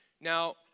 Now